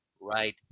right